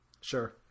Sure